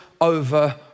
over